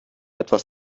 etwas